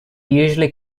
usually